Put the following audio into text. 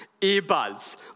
earbuds